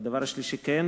בדבר השלישי דרושה הצבעה.